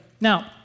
Now